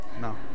No